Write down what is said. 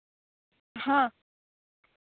ᱦᱚᱸ